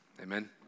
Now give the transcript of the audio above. Amen